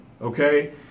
okay